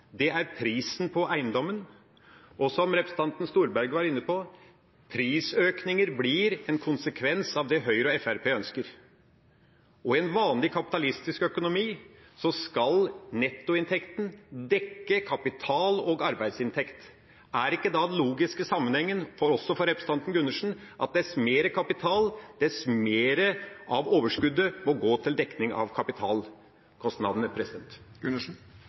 er prisen på eiendommen. Som representanten Storberget var inne på: Prisøkninger blir en konsekvens av det Høyre og Fremskrittspartiet ønsker. I en vanlig kapitalistisk økonomi skal nettoinntekten dekke kapital- og arbeidsinntekt. Er ikke da den logiske sammenhengen – også for representanten Gundersen – at dess mer kapital, dess mer av overskuddet må gå til dekning av kapitalkostnadene?